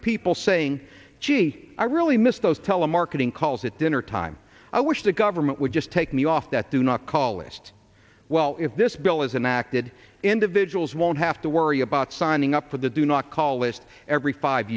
people saying gee i really miss those telemarketing calls at dinner time i wish the government would just take me off that do not call list well if this bill isn't acted individuals won't have to worry about signing up for the do not call list every five